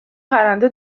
پرنده